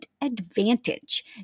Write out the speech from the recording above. advantage